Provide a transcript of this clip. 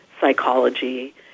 psychology